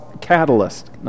catalyst